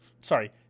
sorry